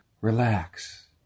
relax